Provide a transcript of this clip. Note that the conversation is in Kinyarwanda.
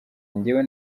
njyewe